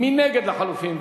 מי נגד ההסתייגות?